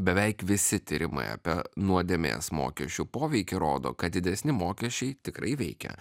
beveik visi tyrimai apie nuodėmės mokesčių poveikį rodo kad didesni mokesčiai tikrai veikia